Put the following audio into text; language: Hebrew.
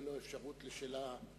תהיה לחבר הכנסת פינס אפשרות לשאלה נוספת,